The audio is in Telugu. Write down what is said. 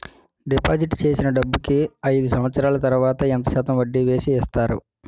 డిపాజిట్ చేసిన డబ్బుకి అయిదు సంవత్సరాల తర్వాత ఎంత శాతం వడ్డీ వేసి ఇస్తారు?